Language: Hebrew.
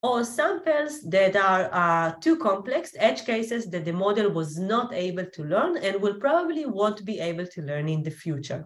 ‫או סמלות שהן מאוד קומפלקטות, ‫מקומות שהמודל לא יכולה ללמוד, ‫והוא אולי לא יכול ללמוד ‫בפעולה הבאה.